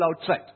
outside